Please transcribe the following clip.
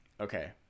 okay